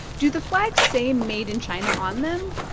do the flags say made in china on them?